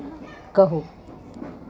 कहू